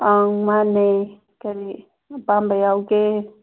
ꯑꯪ ꯃꯥꯟꯅꯦ ꯀꯔꯤ ꯑꯄꯥꯝꯕ ꯌꯥꯎꯒꯦ